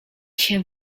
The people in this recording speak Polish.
się